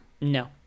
No